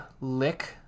lick